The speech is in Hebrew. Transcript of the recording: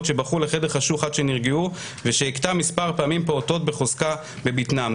שבכו לחדר חשוך עד שנרגעו ושהכתה מספר פעמים פעוטות בחוזקה בבטנם.